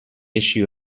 issue